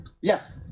yes